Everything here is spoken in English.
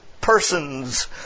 persons